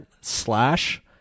slash